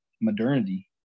modernity